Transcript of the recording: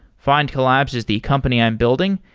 findcollabs is the company i'm building.